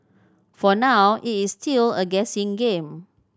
for now it's still a guessing game